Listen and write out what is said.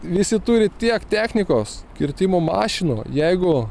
visi turi tiek technikos kirtimo mašinų jeigu